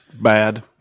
bad